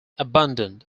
abundant